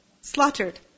slaughtered